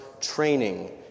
training